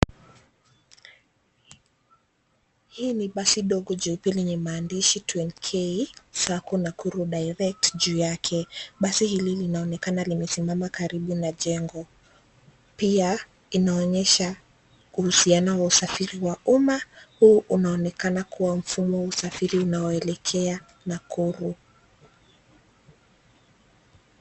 Hii ni basi dogo jeupe lenye maandishi 2NK Sacco Nakuru Direct juu yake. Basi hili linaonekana limesimama karibu na jengo. Pia inaonyesha uhusiano wa usafiri wa umma, huu unaonekana kuwa mfumo wa usafiri unaoelekea Nakuru.